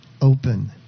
open